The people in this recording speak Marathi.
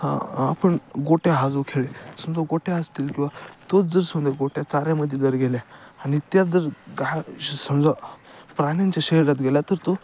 ह आपण गोट्या हा जो खेळ समजा गोट्या असतील किंवा तोच जर समजा गोट्या चाऱ्यामध्ये जर गेल्या आणि त्यात जर गा समजा प्राण्यांच्या शरीरात गेला तर तो